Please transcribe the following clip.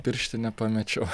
pirštinę pamečiau